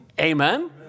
Amen